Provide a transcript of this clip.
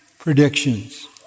predictions